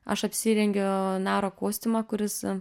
aš apsirengiu naro kostiumą kuris